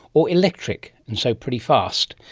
or electric, and so pretty fast.